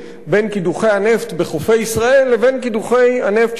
בחופי ישראל לבין קידוחי הנפט שהיו במפרץ מקסיקו.